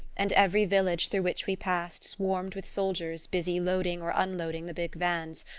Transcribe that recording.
and every village through which we passed swarmed with soldiers busy loading or unloading the big vans,